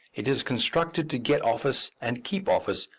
it is constructed to get office and keep office,